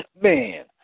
Man